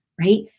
right